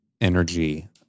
energy